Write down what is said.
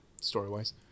story-wise